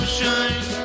shine